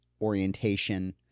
orientation